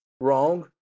wrong